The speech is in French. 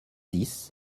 dix